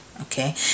Okay